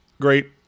great